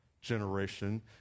generation